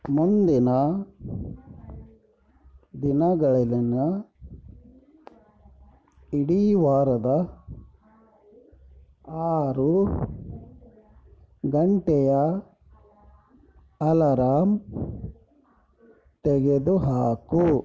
ಮುಂದಿನ ದಿನಗಳಲ್ಲಿನ ಇಡೀ ವಾರದ ಆರು ಗಂಟೆಯ ಅಲರಾಮ್ ತೆಗೆದುಹಾಕು